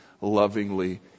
lovingly